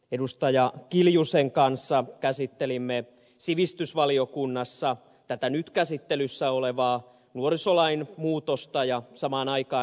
anneli kiljusen kanssa käsittelimme sivistysvaliokunnassa tätä nyt käsittelyssä olevaa nuorisolain muutosta ja samaan aikaan ed